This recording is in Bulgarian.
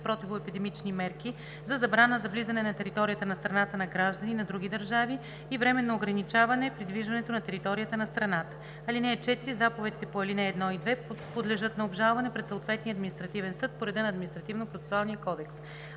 противоепидемични мерки за забрана за влизане на територията на страната на граждани на други държави и временно ограничаване придвижването на територията на страната. (4) Заповедите по ал. 1 и 2 подлежат на обжалване пред съответния административен съд по реда на Административнопроцесуалния кодекс.